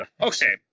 okay